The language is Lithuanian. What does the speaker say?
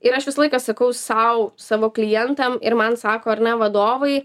ir aš visą laiką sakau sau savo klientam ir man sako ar ne vadovai